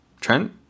Trent